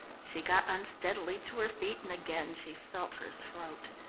she got unsteadily to her feet and again she felt her throat.